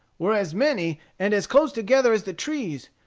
were as many, and as close together as the trees.